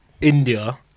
India